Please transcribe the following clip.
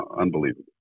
Unbelievable